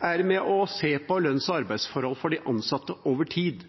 ved å se på lønns- og arbeidsforhold for de ansatte over tid.